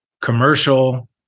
commercial